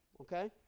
okay